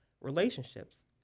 Relationships